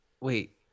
Wait